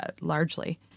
largely